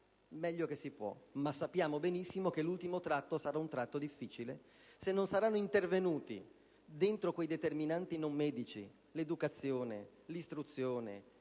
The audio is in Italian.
meglio che si può. Sappiamo benissimo però che l'ultimo tratto sarà difficile se non saranno intervenuti quei determinanti non medici (l'educazione, l'istruzione,